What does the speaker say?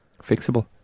fixable